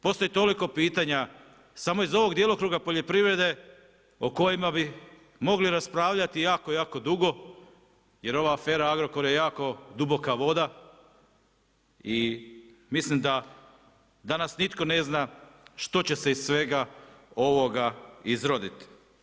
Postoji toliko pitanja samo iz ovog djelokruga poljoprivrede o kojima bi mogli raspravljati jako, jako drugo, jer ova afera Agrokor je jako duboka voda i mislim da danas nitko ne zna, što će se iz svega ovoga izroditi.